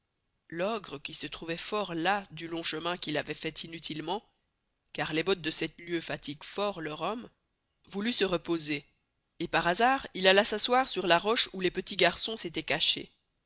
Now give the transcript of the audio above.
l'ogre qui se trouvoit fort las du long chemin qu'il avoit fait inutilement car les bottes de sept lieuës fatiguent fort leur homme voulut se reposer et par hazard il alla s'asseoir sur la roche où les petits garçons s'estoient cachés